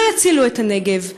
לא יצילו את הנגב,